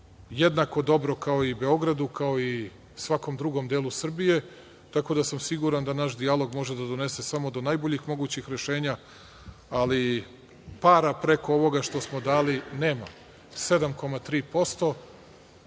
jednako dobro kao i Beogradu, kao i svakom drugom delu Srbije. Tako da sam siguran da naš dijalog može da donese samo do najboljih mogućih rešenja, ali para preko ovoga što smo dali nema - 7,3%.